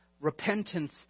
repentance